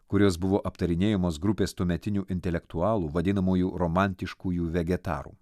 kuris buvo aptarinėjamos grupės tuometinių intelektualų vadinamųjų romantiškųjų vegetarų